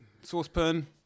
Saucepan